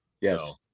yes